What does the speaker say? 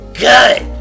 good